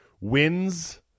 wins